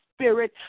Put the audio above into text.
spirit